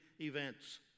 events